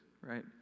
right